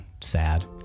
sad